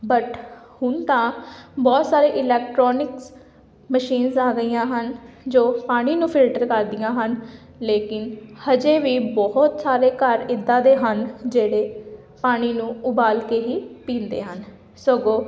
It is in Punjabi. ਬਟ ਹੁਣ ਤਾਂ ਬਹੁਤ ਸਾਰੇ ਇਲੈਕਟਰੋਨਿਕਸ ਮਸ਼ੀਨਸ ਆ ਗਈਆਂ ਹਨ ਜੋ ਪਾਣੀ ਨੂੰ ਫਿਲਟਰ ਕਰਦੀਆਂ ਹਨ ਲੇਕਿਨ ਅਜੇ ਵੀ ਬਹੁਤ ਸਾਰੇ ਘਰ ਇੱਦਾਂ ਦੇ ਹਨ ਜਿਹੜੇ ਪਾਣੀ ਨੂੰ ਉਬਾਲ ਕੇ ਹੀ ਪੀਦੇ ਹਨ ਸਗੋਂ